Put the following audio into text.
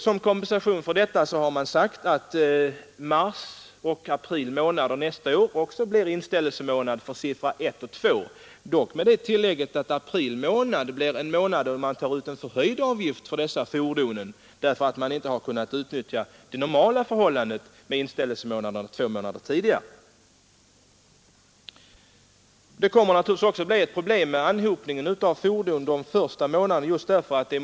Som kompensation för detta, har man sagt, blir mars och april också inställelsemånader för fordon med slutsiffrorna 1 och 2. Man tar dock under april månad ut en förhöjd avgift för dessa fordon, trots att de inte kunnat utnyttja den normala möjligheten att inställa sig två månader tidigare. Anhopningen av fordon kommer naturligtvis också att bli ett problem de första månaderna.